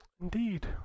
Indeed